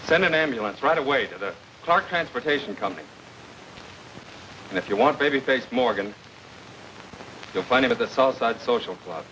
send an ambulance right away to the clark transportation company and if you want babyface morgan you'll find it at the salt social club